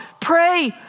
pray